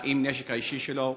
יוצא עם הנשק האישי שלו,